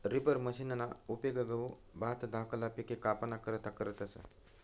reaper मशिनना उपेग गहू, भात धाकला पिके कापाना करता करतस